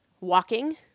walking